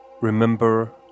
Remember